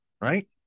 right